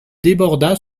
déborda